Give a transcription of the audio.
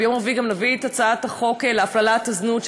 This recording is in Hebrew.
ביום רביעי גם נביא את הצעת החוק להפללת לקוחות הזנות,